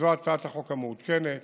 זו הצעת החוק המעודכנת